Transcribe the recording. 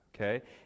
okay